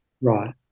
Right